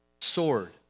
sword